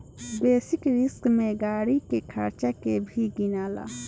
basic risk में गाड़ी के खर्चा के भी गिनाला